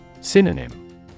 Synonym